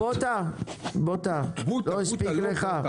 בוטא, לא הספיק לך?